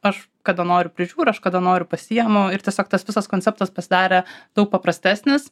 aš kada nors prižiūriu aš kada noriu pasiėmiau ir tiesiog tas visas konceptas pasidarė daug paprastesnis